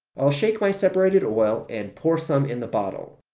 i'll shake my separated oil and pour some in the bottle.